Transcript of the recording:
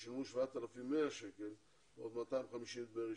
ששילמו 7,100 שקל ועוד 250 דמי רישום.